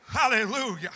hallelujah